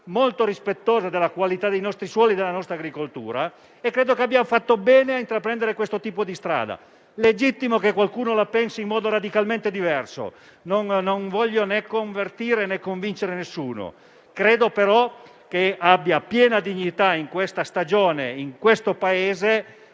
molto rispettosa della qualità dei nostri suoli e della nostra agricoltura, e credo che abbia fatto bene a intraprendere questo tipo di strada. È legittimo che qualcuno la pensi in modo radicalmente diverso; non voglio né convertire né convincere nessuno. Credo però che abbia piena dignità in questa stagione e in questo Paese